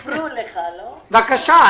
בבקשה,